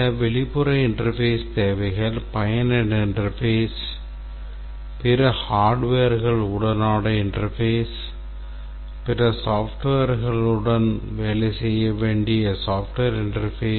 சில வெளிப்புற interface தேவைகள் பயனர் interface பிற hardwareகள் உடனான interface பிற softwareகளுடன் வேலை செய்ய வேண்டிய software interface